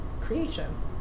creation